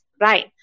right